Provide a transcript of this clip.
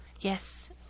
yes